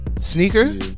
sneaker